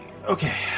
okay